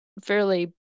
fairly